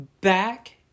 Back